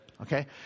Okay